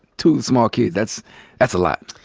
two small kids. that's that's a lot.